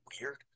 weird